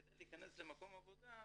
כדי להיכנס למקום עבודה,